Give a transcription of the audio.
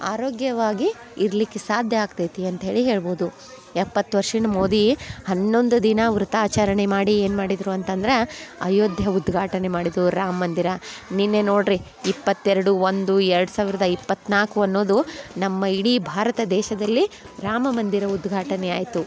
ಆರೋಗ್ಯವಾಗಿ ಇರ್ಲಿಕ್ಕೆ ಸಾಧ್ಯ ಆಗ್ತೈತಿ ಅಂತ್ಹೇಳಿ ಹೇಳ್ಬೋದು ಎಪ್ಪತ್ತು ವರ್ಷದ್ ಮೋದಿ ಹನ್ನೊಂದು ದಿನ ವ್ರತ ಆಚರ್ಣೆ ಮಾಡಿ ಏನು ಮಾಡಿದರು ಅಂತಂದ್ರೆ ಅಯೋಧ್ಯೆ ಉದ್ಘಾಟನೆ ಮಾಡಿದರು ರಾಮ ಮಂದಿರ ನಿನ್ನೆ ನೋಡಿರಿ ಇಪ್ಪತ್ತೆರಡು ಒಂದು ಎರಡು ಸಾವಿರದ ಇಪ್ಪತ್ತ್ನಾಲ್ಕು ಅನ್ನೋದು ನಮ್ಮ ಇಡೀ ಭಾರತ ದೇಶದಲ್ಲಿ ರಾಮ ಮಂದಿರ ಉದ್ಘಾಟನೆ ಆಯಿತು